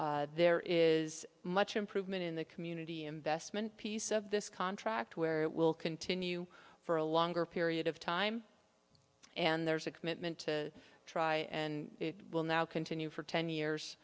forward there is much improvement in the community investment piece of this contract where it will continue for a longer period of time and there's a commitment to try and it will now continue for ten